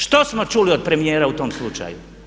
Što smo čuli od premijera u tom slučaju?